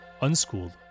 Unschooled